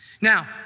Now